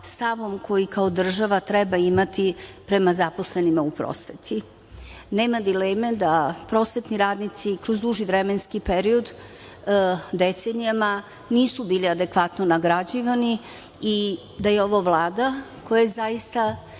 stavom koji kao država treba imati prema zaposlenima u prosveti. Nema dileme da prosvetni radnici kroz duži vremenski period, decenijama nisu bili adekvatno nagrađivani i da je ovo Vlada koja je zaista